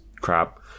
crap